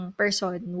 person